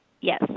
Yes